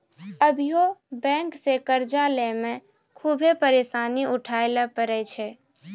अभियो बेंक से कर्जा लेय मे खुभे परेसानी उठाय ले परै छै